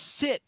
sit